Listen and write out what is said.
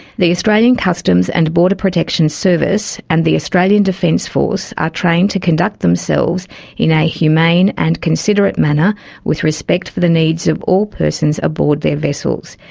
the australian customs and border protection service and the australian defence force are trained to conduct themselves in a humane and considerate manner with respect for the needs of all persons aboard their vessels.